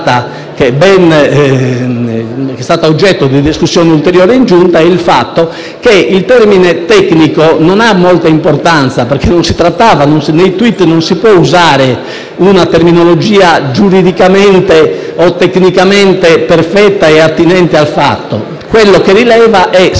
annotazione oggetto di ulteriore discussione in Giunta è il fatto che il termine tecnico non ha molta importanza perché nei *tweet* non si può usare una terminologia giuridicamente o tecnicamente perfetta e attinente al fatto. Ciò che rileva è se